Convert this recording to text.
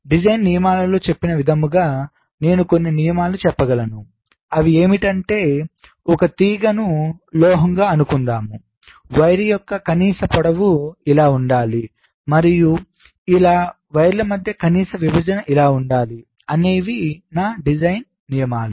design నియమాలలో చెప్పిన విధముగా నేను కొన్ని నియమాలు చెప్పగలను అవి ఏమిటంటే ఒక తీగను లోహంగా అనుకుందాం వైర్ యొక్క కనీస పొడవు ఇలా ఉండాలి మరియు 2 వైర్ల మధ్య కనీస విభజన ఇలా ఉండాలి అనేవి నా డిజైన్ నియమాలు